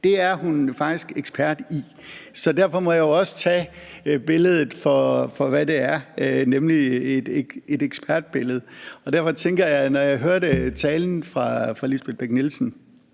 det er hun faktisk ekspert i, og derfor må jeg også tage billedet for, hvad det er, nemlig et ekspertbillede. Derfor tænkte jeg, da jeg hørte talen fra fru Lisbeth Bech-Nielsen,